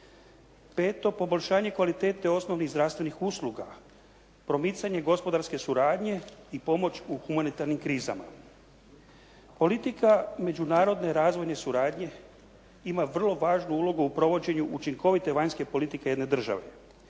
Peto, poboljšanje kvalitete osnovnih zdravstvenih usluga, promicanje gospodarske suradnje i pomoć u humanitarnim krizama. Politika međunarodne razvojne suradnje ima vrlo važnu ulogu u provođenju učinkovite vanjske politike jedne države.